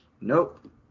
Nope